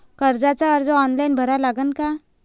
कर्जाचा अर्ज ऑनलाईन भरा लागन का?